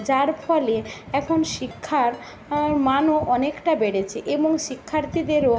যার ফলে এখন শিক্ষার মানও অনেকটা বেড়েছে এবং শিক্ষার্থীদেরও